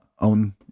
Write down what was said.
own